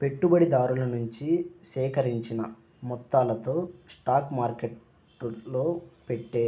పెట్టుబడిదారుల నుంచి సేకరించిన మొత్తాలతో స్టాక్ మార్కెట్టులో పెట్టే